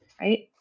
right